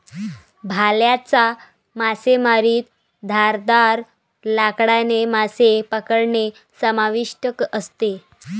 भाल्याच्या मासेमारीत धारदार लाकडाने मासे पकडणे समाविष्ट असते